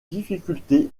difficulté